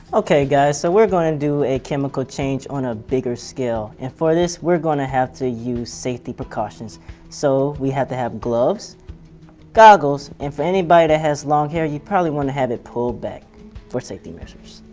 okay guys so we're going to do a chemical change on a bigger scale and for this we're going to have to use safety precautions so we had to have gloves google's if anybody that has long hair you probably want to have it pulled back for safety measures.